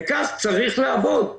וכך צריך לעבוד.